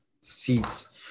seats –